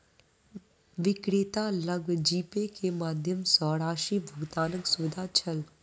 विक्रेता लग जीपे के माध्यम सॅ राशि भुगतानक सुविधा छल